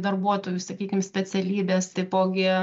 darbuotojų sakykim specialybės taipogi